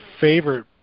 favorite